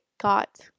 got